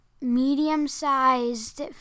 medium-sized